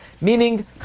Meaning